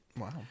wow